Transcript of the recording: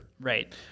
Right